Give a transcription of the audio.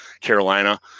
Carolina